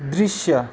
दृश्य